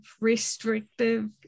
restrictive